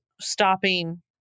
stopping